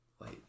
Wait